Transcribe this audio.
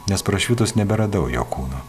nes prašvitus neberadau jo kūno